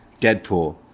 Deadpool